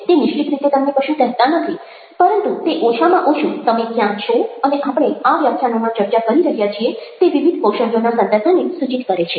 તે નિશ્ચિત રીતે તમને કશું કહેતા નથી પરંતુ તે ઓછામાં ઓછું તમે ક્યાં છો અને આપણે આ વ્યાખ્યાનોમાં ચર્ચા કરી રહ્યા છીએ તે વિવિધ કૌશલ્યોના સંદર્ભને સૂચિત કરે છે